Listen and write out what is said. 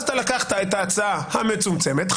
אז אתה לקחת את ההצעה המצומצמת,